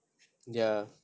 ya